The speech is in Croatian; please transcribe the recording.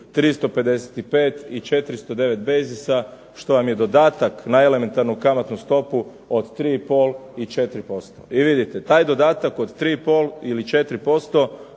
395 i 409 ... što vam je dodatak na elementarnu kamatnu stopu od 3,5 i 4%. I vidite taj dodatk od 3,5 i 4%